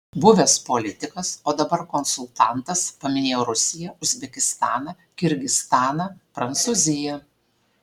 buvęs politikas o dabar konsultantas paminėjo rusiją uzbekistaną kirgizstaną prancūziją